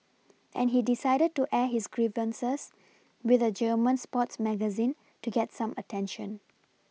and he decided to air his grievances with a German sports magazine to get some attention